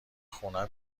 خونه